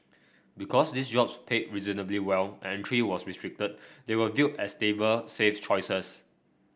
because these jobs paid reasonably well and entry was restricted they were viewed as stable safe choices